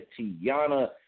Tiana